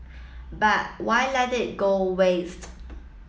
but why let it go waste